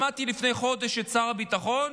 שמעתי לפני חודש את שר הביטחון,